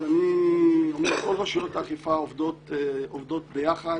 כל רשויות האכיפה עובדות ביחד.